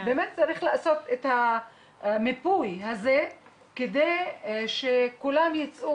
צריך לעשות את המיפוי הזה כדי שכולם יצאו